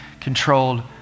controlled